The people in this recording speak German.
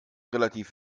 relativ